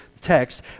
text